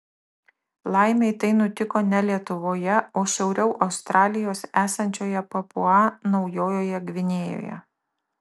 laimei tai nutiko ne lietuvoje o šiauriau australijos esančioje papua naujojoje gvinėjoje